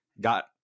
got